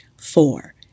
Four